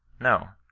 no.